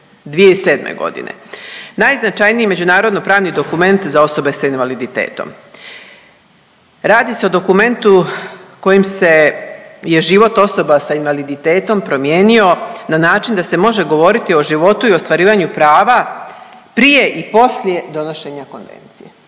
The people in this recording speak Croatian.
2007. godine. Najznačajniji međunarodno pravni dokument za osobe sa invaliditetom. Radi se o dokumentu kojim se, je život osoba sa invaliditetom promijenio na način da se može govoriti o životu i ostvarivanju prava prije i poslije donošenja konvencije.